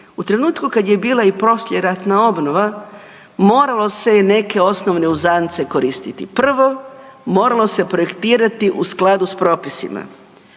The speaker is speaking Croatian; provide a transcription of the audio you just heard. U trenutku kad je bila i poslijeratna obnova moralo se neke osnovne uzance koristiti. Prvo, moralo se projektirati u skladu s propisima.